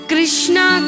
Krishna